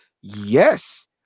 Yes